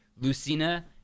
Lucina